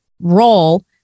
role